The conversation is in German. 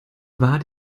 war